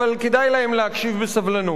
אבל כדאי להם להקשיב בסבלנות.